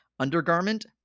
Undergarment